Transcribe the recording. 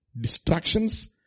Distractions